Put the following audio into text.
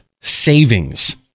Savings